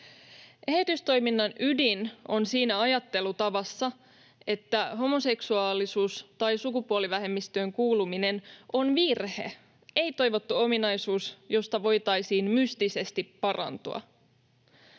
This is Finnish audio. Eheytystoiminnan ydin on siinä ajattelutavassa, että homoseksuaalisuus tai sukupuolivähemmistöön kuuluminen on virhe, ei-toivottu ominaisuus, josta voitaisiin mystisesti parantua.